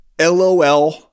LOL